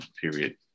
period